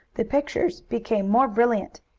the pictures became more brilliant.